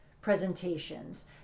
presentations